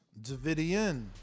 Davidian